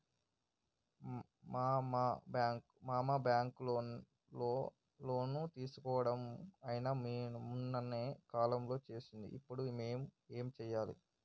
మా మామ బ్యాంక్ లో లోన్ తీసుకున్నడు అయిన మొన్ననే కాలం చేసిండు ఇప్పుడు మేం ఏం చేయాలి?